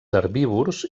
herbívors